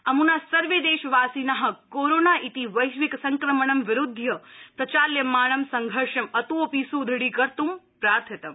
अमुना सर्वे देशवासिना कोरोना इति वैश्विक संक्रमणं विरुध्य प्रचाल्यमाणं संघर्षं अतोऽपि स्ट्टढीकर्त्ं प्रार्थितम्